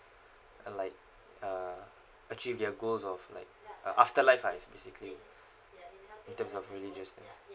or like uh achieve their goals of like uh afterlife ah basically in term of religious stance